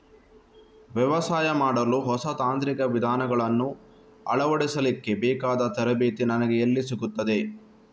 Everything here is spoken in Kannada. ವ್ಯವಸಾಯ ಮಾಡಲು ಹೊಸ ತಾಂತ್ರಿಕ ವಿಧಾನಗಳನ್ನು ಅಳವಡಿಸಲಿಕ್ಕೆ ಬೇಕಾದ ತರಬೇತಿ ನನಗೆ ಎಲ್ಲಿ ಸಿಗುತ್ತದೆ?